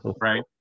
right